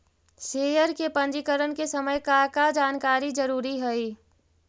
share के पंजीकरण के समय का का जानकारी जरूरी हई